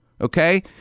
Okay